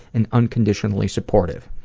and unconditionally supportive.